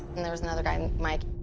and there was another guy, mike,